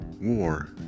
War